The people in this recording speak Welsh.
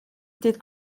dydd